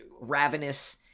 ravenous